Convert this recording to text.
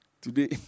Today